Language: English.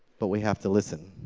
but we have to listen.